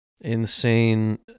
insane